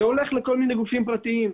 זה מגיע לכל מיני גופים פרטיים.